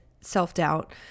self-doubt